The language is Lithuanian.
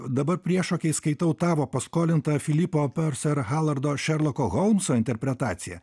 dabar priešokiais skaitau tavo paskolintą filipo perser chalardo šerloko holmso interpretaciją